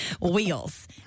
wheels